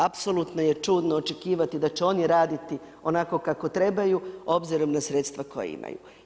Apsolutno je čudno očekivati da će oni raditi onako kako trebaju obzirom na sredstva koja imaju.